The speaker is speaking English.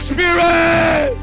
Spirit